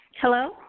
Hello